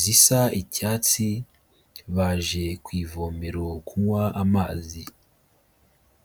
zisa icyatsi, baje ku ivomero kunywa amazi.